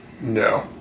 No